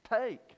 take